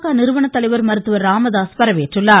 க நிறுவனர் தலைவர் மருத்துவர் ராமராஸ் வரவேற்றுள்ளார்